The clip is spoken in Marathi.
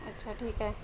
अच्छा ठीक आहे